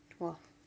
!wah!